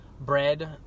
bread